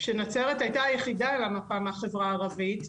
שנצרת הייתה היחידה מהחברה הערבית,